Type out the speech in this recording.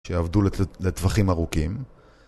שיעבדו לטווחים ארוכים